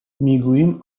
میگوییم